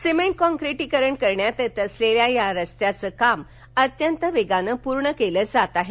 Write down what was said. cement काँक्रिटीकरण करण्यात येत असलेल्या या रस्त्याचं काम अत्यंत वेगानं पूर्ण केलं जात आहे